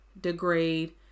degrade